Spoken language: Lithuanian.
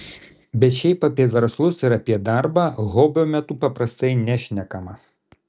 bet šiaip apie verslus ir apie darbą hobio metu paprastai nešnekama